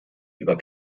über